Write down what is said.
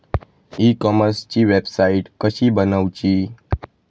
E कॉमर्सची website कशी बनवची?